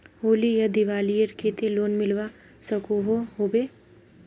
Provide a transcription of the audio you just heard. होली या दिवालीर केते लोन मिलवा सकोहो होबे?